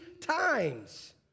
times